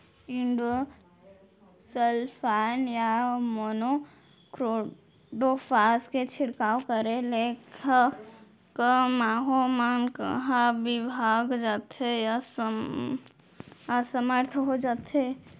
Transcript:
Endosulfan या monocrotophos के छिड़काव करे ले क माहो मन का विभाग जाथे या असमर्थ जाथे का?